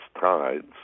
tides